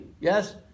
Yes